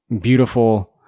beautiful